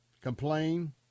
complain